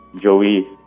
Joey